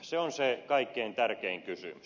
se on se kaikkein tärkein kysymys